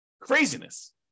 Craziness